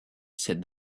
said